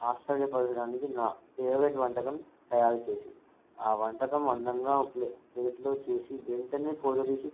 ఆశ్చర్యపరచడానికి నా ఫేవరెట్ వంటకం తయారు చేసింది ఆ వంటకం అందంగా ప్లేట్లో చూసి వెంటనే ఫోటో తీసి